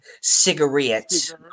cigarettes